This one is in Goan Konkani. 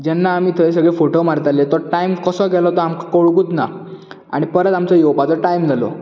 जेन्ना आमी थंय सगळे फोटो मारताले तो टायम कसो गेलो तो आमकां कळुंकूच ना आनी परत आमचो येवपाचो टायम जालो